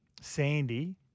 Sandy